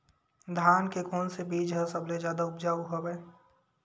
धान के कोन से बीज ह सबले जादा ऊपजाऊ हवय?